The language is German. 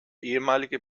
ehemalige